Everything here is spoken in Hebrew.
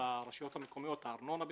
בארנונה במיוחד,